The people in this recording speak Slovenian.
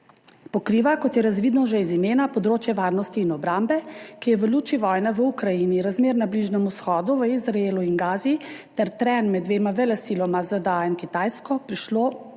Pokriva, kot je razvidno že iz imena, področje varnosti in obrambe, ki je v luči vojne v Ukrajini, razmer na Bližnjem vzhodu, v Izraelu in Gazi ter trenj med dvema velesilama – ZDA in Kitajsko – prišlo bolj